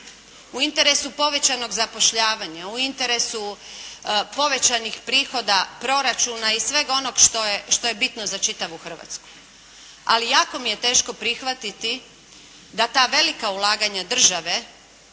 u interesu povećanog zapošljavanja, u interesu povećanih prihoda proračuna i svega onog što je bitno za čitavu Hrvatsku. Ali jako mi je teško prihvatiti da ta velika ulaganja države